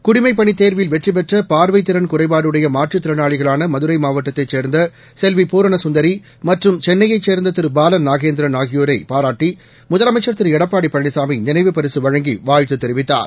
குடிமைப்பணித் தேர்வில் வெற்றிபெற்ற பார்வைத்திறன் குறைபாடுடைய மாற்றுத்திறனாளிகளான மகுரை மாவட்டத்தைச் சேர்ந்த செல்வி பூரண கந்தரி மற்றும் சென்னையைச் சேர்ந்த திரு பால நாகேந்திரன் ஆகியோரை பாராட்டி முதலமைச்சர் திரு எடப்பாடி பழனிசாமி நினைவு பரிசு வழங்கி வாழ்த்து தெரிவித்தார்